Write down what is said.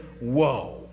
whoa